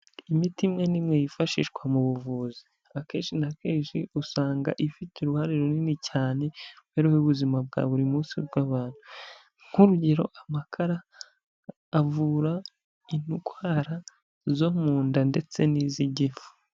Imiti imwe n'imwe yifashishwa mu buvuzi, akenshi na kenshi usanga ifite uruhare runini cyane mu mibereho y'ubuzima bwa buri munsi bw'abantu, nk'urugero amakara avura indwara zo mu nda ndetse n'iz'igifu.